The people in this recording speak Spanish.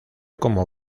como